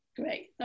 Great